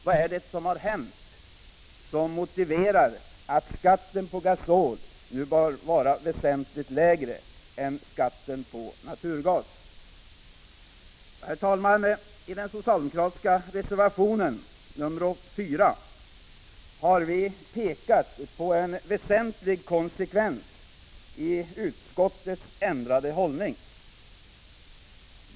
Vad är det som hänt som motiverar att skatten på gasol nu bör vara väsentligt lägre än skatten på naturgas? Herr talman! I den socialdemokratiska reservationen 4 har vi pekat på en väsentlig konsekvens av utskottets ändrade hållning.